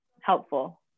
helpful